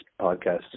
podcast